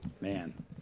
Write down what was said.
Man